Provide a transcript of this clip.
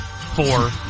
four